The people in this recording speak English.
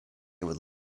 would